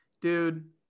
dude